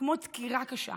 כמו דקירה קשה.